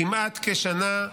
כמעט כשנה,